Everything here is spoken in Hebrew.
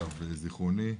למיטב זיכרוני,